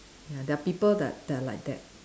ya there are people that that are like that